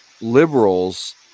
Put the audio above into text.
liberals